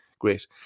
great